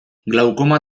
glaukoma